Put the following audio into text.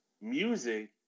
music